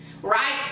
Right